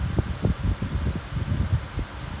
but அதுக்கு அந்த இது வேண்டாமா:adhkku antha idhu vendaamaa C_V